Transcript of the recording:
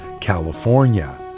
California